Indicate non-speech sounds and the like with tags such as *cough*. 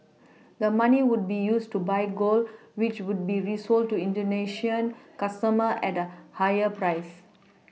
*noise* the money would be used to buy gold which would be resold to indonesian customers at a higher price